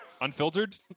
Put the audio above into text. Unfiltered